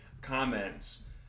comments